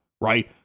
right